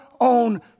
own